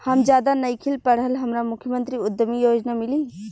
हम ज्यादा नइखिल पढ़ल हमरा मुख्यमंत्री उद्यमी योजना मिली?